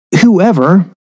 whoever